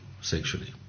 sexually